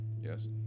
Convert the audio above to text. yes